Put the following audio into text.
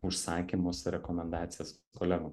užsakymus rekomendacijas kolegom